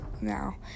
now